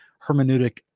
hermeneutic